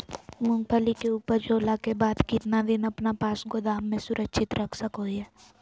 मूंगफली के ऊपज होला के बाद कितना दिन अपना पास गोदाम में सुरक्षित रख सको हीयय?